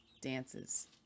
dances